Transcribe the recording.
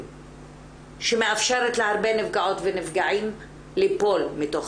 שמאפשרת להרבה נפגעות ונפגעים ליפול מתוך